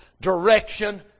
direction